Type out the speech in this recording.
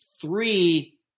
three